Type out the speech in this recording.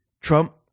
trump